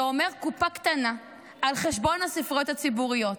זה אומר קופה קטנה על חשבון הספריות הציבוריות.